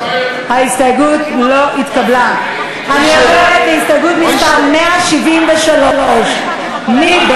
ההסתייגות (166) של קבוצת סיעת בל"ד לסעיף 59(2) לא נתקבלה.